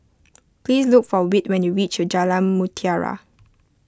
please look for Whit when you reach Jalan Mutiara